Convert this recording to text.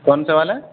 کون سا والا